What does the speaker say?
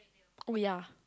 oh ya